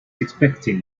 expecting